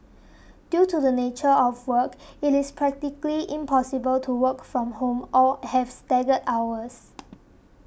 due to the nature of work it is practically impossible to work from home or have staggered hours